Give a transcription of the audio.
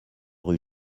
rue